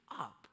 up